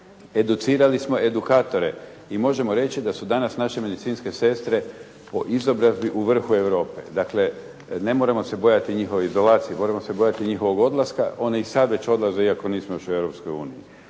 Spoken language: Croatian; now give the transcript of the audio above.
educirali smo edukatore i možemo reći da su danas naše medicinske sestre po izobrazbi u vrhu Europe. Dakle, ne moramo se bojati njihove izolacije, moramo se bojati njihovog odlaska. One i sad već odlaze iako nismo još u